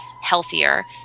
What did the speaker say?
healthier